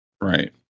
Right